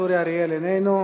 אריאל, איננו.